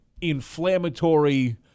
inflammatory